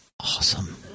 awesome